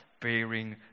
bearing